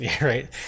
right